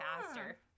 faster